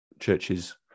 churches